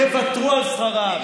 יוותרו על שכרם,